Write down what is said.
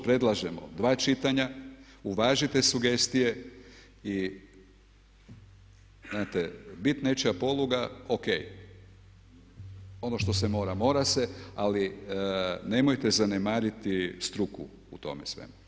Predlažemo dva čitanja, uvažite sugestije i znači bit nečija poluga ok, ono što se mora mora se, ali nemojte zanemariti struku u tome svemu.